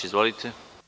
Izvolite.